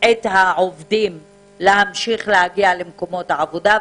את העובדים להמשיך להגיע למקומות העבודה,